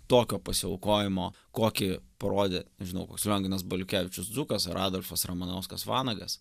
tokio pasiaukojimo kokį parodė nežinau koks lionginas baliukevičius dzūkas ar adolfas ramanauskas vanagas